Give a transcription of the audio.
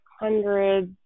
hundreds